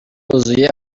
wuzuye